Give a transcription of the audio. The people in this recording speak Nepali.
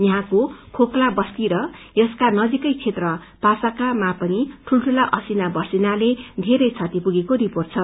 यहाँको खोकला बस्ती र यसको नजीकै क्षेत्र पासाकामा पनि ठूलठूला असिना वर्षिनाले धेरै क्षति पुगेको रिपोर्ट छ